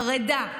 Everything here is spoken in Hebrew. חרדה.